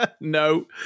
no